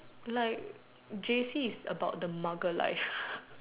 like J_C is about the mugger life